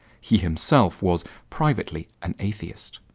he himself was privately an atheist.